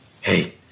Hey